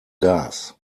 gas